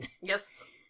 Yes